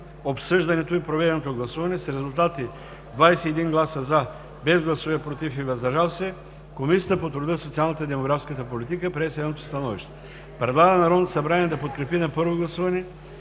обсъждането и проведеното гласуване с резултати: 21 гласа „за“, без гласове „против“ и „въздържал се“ Комисията по труда, социалната и демографската политика прие следното становище: Предлага на Народното събрание да подкрепи на първо гласуване